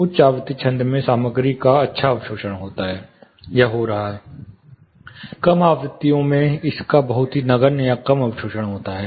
उच्च आवृत्ति छंद में सामग्री का अच्छा अवशोषण हो रहा है कम आवृत्तियों में इसका बहुत ही नगण्य या कम अवशोषण होता है